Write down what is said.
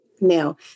Now